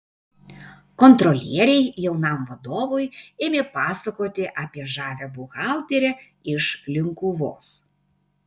kontrolieriai jaunam vadovui ėmė pasakoti apie žavią buhalterę iš linkuvos